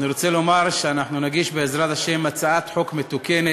אני רוצה לומר שנגיש, בעזרת השם, הצעת חוק מתוקנת,